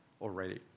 already